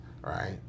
right